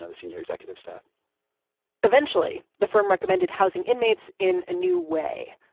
ah the senior executive staff eventually, the firm recommended housing inmates in a new way,